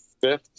fifth